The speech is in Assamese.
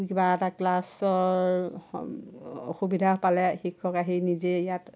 কিবা এটা ক্লাছৰ অসুবিধা পালে শিক্ষক আহি নিজেই ইয়াত